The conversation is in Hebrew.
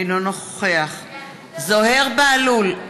אינו נוכח זוהיר בהלול,